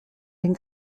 den